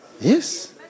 Yes